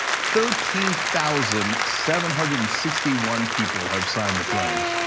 thirteen thousand seven hundred and sixty one people have signed the pledge.